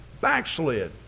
backslid